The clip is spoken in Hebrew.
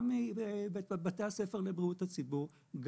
גם מבתי הספר לבריאות הציבור,